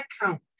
account